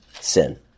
Sin